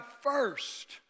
first